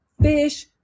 fish